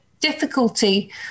difficulty